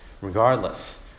regardless